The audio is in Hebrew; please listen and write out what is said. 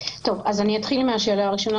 אז אני אתחיל מהשאלה הראשונה,